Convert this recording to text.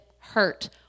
hurt